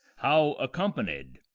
how accompanied?